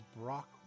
Brock